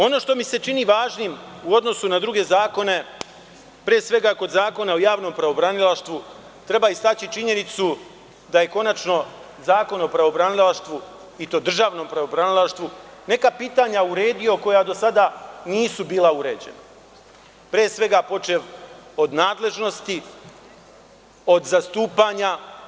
Ono što mi se čini važnim u odnosu na druge zakone, pre svega kod Zakona o javnom pravobranilaštvu, treba istaći činjenicu da je konačno Zakon o pravobranilaštvu, i to državnom pravobranilaštvu, neka pitanja uredio koja do sada nisu bila uređena, pre svega počev od nadležnosti, od zastupanja.